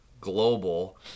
global